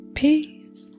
peace